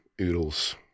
Oodles